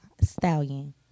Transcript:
stallion